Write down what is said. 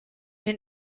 den